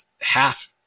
half